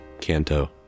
Kanto